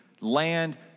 Land